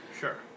Sure